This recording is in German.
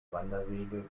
wanderwege